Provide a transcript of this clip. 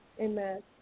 amen